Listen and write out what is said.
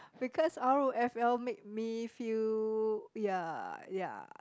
because r_o_f_l make me feel ya ya